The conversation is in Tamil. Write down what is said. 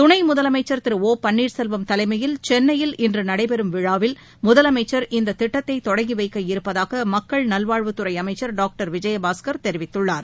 துணைமுதலமைச்சா் திரு ஒ பள்ளீா் செல்வம் தலைமையில் சென்னையில் இன்றுநடைபெறும் விழாவில் முதலமைச்சர் இத்திட்டத்தைதொடங்கிவைக்க இருப்பதாகமக்கள் நல்வாழ்வுத்துறைஅமைச்சர் டாக்டர் விஜயபாஸ்கர் தெரிவித்துள்ளார்